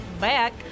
back